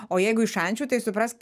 o jeigu iš šančių tai suprask